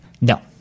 No